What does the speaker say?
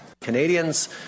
Canadians